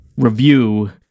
review